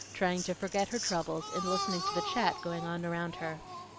trying to forget her troubles in listening to the chat going on around her.